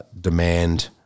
demand